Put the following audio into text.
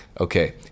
Okay